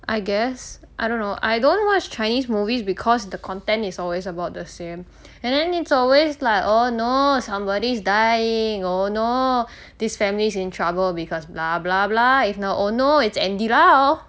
I guess I don't know I don't watch chinese movies because the content is always about the same and then it's always like oh no somebody's dying oh no these family's in trouble because blah blah blah if not oh no it's andy lau